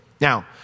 Now